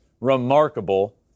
remarkable